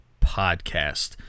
podcast